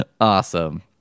Awesome